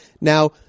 Now